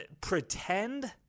pretend